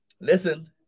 Listen